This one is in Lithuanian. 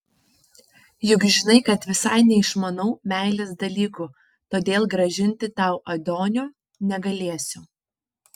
juk žinai kad visai neišmanau meilės dalykų todėl grąžinti tau adonio negalėsiu